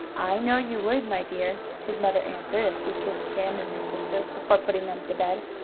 i know you would, my dear, his mother answered, as she kissed him and his sister, before putting them to bed.